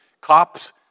Cops